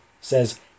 says